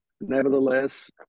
nevertheless